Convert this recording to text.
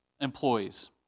employees